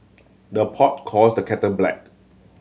the pot calls the kettle black